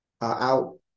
out